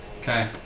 Okay